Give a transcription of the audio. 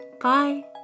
Bye